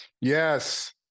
Yes